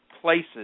places